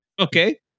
Okay